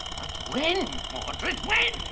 but when, mordred, when?